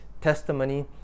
testimony